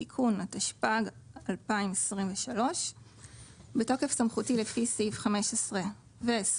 (תיקון) התשפ"ג-2023 בתוקף סמכותי לפי סעיף 22(א)(12) ו-(15)